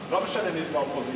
לא משנה מי באופוזיציה.